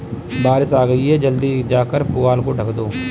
बारिश आ गई जल्दी जाकर पुआल को ढक दो